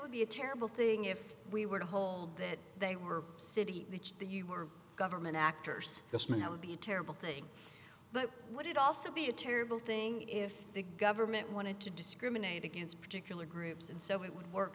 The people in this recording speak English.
would be a terrible thing if we were to hold that they were city beach that you were government actors last minute would be terrible thing but would it also be a terrible thing if the government wanted to discriminate against particular groups and so we would work